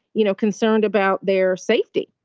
you know, concerned about their safety.